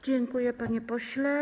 Dziękuję, panie pośle.